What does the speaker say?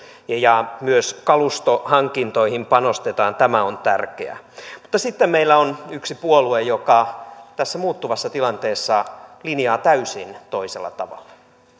ja myös kalustohankintoihin panostetaan tämä on tärkeää mutta sitten meillä on yksi puolue joka tässä muuttuvassa tilanteessa linjaa täysin toisella tavalla